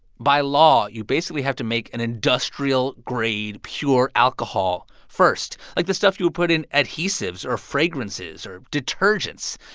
by law, you basically have to make an industrial-grade, pure alcohol first, like the stuff you would put in adhesives or fragrances or detergents.